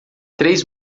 três